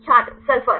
छात्र सल्फर